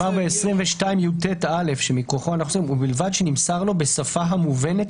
נאמר ב-22יט(א): "ובלבד שנמסר לו בשפה המובנת